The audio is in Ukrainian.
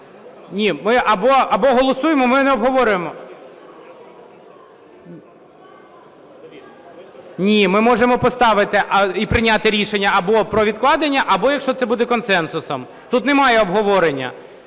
Ні, ми або голосуємо… Ми не обговорюємо. (Шум у залі) Ні, ми можемо поставити і прийняти рішення або про відкладення, або якщо це буде консенсусом. Тут немає обговорення.